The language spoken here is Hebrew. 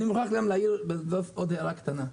הערה נוספת,